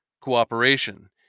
cooperation